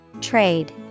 Trade